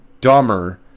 dumber